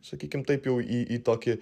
sakykim taip jau į į tokį